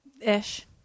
Ish